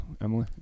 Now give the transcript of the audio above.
Emily